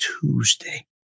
tuesday